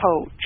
coach